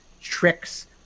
tricks